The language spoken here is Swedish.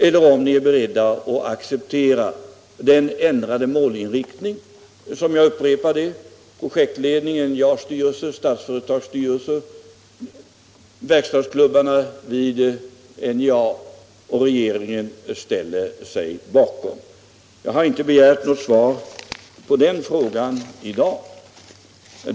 Eller är ni beredda att acceptera den ändrade målinriktning som — jag upprepar det — projektledningen, NJA:s styrelse, Statsföretags styrelse, verkstadsklubbarna vid NJA och regeringen ställer sig bakom? Jag har inte begärt något svar på den frågan i dag.